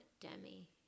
Demi